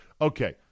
Okay